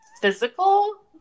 physical